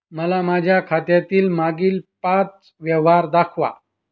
मला माझ्या खात्यातील मागील पांच व्यवहार दाखवा